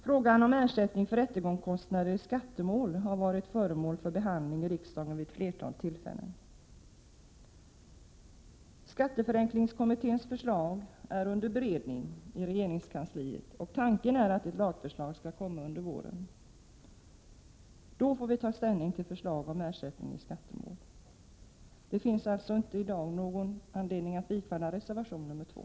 Frågan om ersättning för rättegångskostnader i skattemål har varit föremål för behandling i riksdagen vid ett flertal tillfällen. Skatteförenklingskommit téns förslag är under beredning i regeringskansliet, och tanken är att ett lagförslag skall komma under våren. Då får riksdagen ta ställning till förslag om ersättning i skattemål. Det finns alltså inte i dag någon anledning att bifalla reservation nr 2.